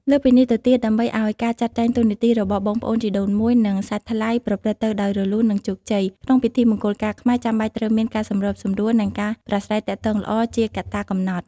លើសពីនេះទៅទៀតដើម្បីឱ្យការចាត់ចែងតួនាទីដល់បងប្អូនជីដូនមួយ និងសាច់ថ្លៃប្រព្រឹត្តទៅដោយ រលូន និងជោគជ័យ ក្នុងពិធីមង្គលការខ្មែរ ចាំបាច់ត្រូវមាន ការសម្របសម្រួល និងការប្រាស្រ័យទាក់ទងល្អ ជាកត្តាកំណត់។